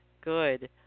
good